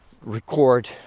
record